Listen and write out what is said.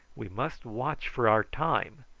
we must watch for our time.